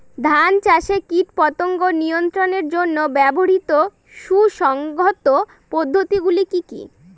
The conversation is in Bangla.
ধান চাষে কীটপতঙ্গ নিয়ন্ত্রণের জন্য ব্যবহৃত সুসংহত পদ্ধতিগুলি কি কি?